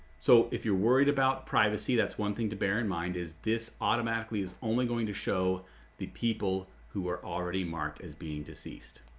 so if you're worried about privacy that's one thing to bear in mind is this automatically is only going to show the people who are already marked as being deceased.